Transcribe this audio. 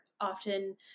often